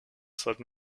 sollten